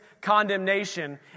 condemnation